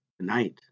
tonight